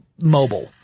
mobile